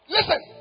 Listen